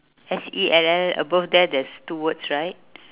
S E L L above there there's two words right